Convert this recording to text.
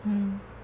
mm